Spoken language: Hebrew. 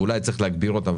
ואולי צריך להגביר אותן,